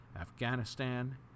Afghanistan